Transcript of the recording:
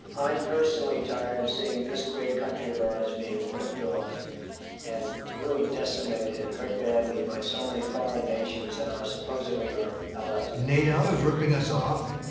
i personally tired of seeing this great country of ours being ripped off and really decimated and hurt badly by so many foreign nations that are supposedly our allies. nato's ripping us off.